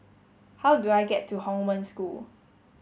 how do I get to Hong Wen School